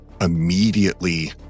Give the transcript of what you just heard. immediately